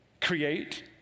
Create